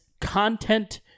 content